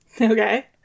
Okay